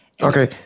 Okay